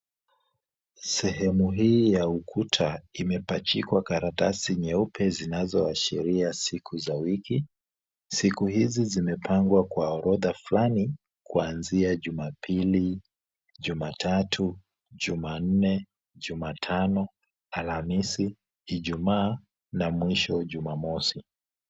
Sehemu hii ya ukuta imepachikwa karatasi nyeupe zinazo ashiria siku za wiki. Siku hizi zimepngwa kwa orodha fulani kuanzia Jumapili, jumatatu, jumanne, jumatano, alhamisi, ijumaa na mwisho jumamosi.